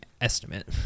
estimate